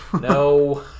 No